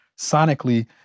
sonically